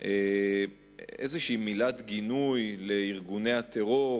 איזושהי מילת גינוי לארגוני הטרור,